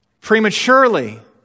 prematurely